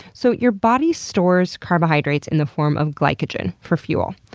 so your body stores carbohydrates in the form of glycogen for fuel.